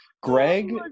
Greg